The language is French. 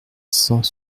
cent